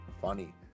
funny